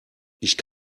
ich